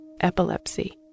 Epilepsy